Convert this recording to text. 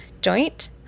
joint